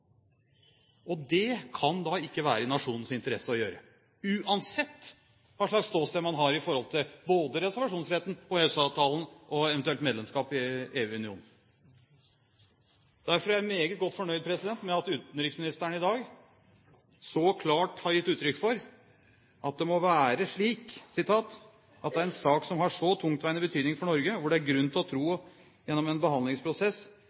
Og det kan da ikke være i nasjonens interesse å gjøre – uansett hva slags ståsted man har i forhold til både reservasjonsretten, EØS-avtalen og eventuelt medlemskap i EU. Derfor er jeg meget godt fornøyd med at utenriksministeren i dag så klart har gitt uttrykk for: «Det må være slik at en sak som har tungtveiende betydning for Norge, og hvor det er grunn til å tro gjennom en behandlingsprosess